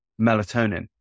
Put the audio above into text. melatonin